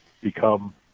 become